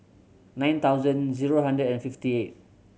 nine thousand zero hundred and fifty eight